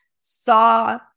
saw